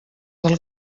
del